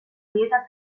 dieta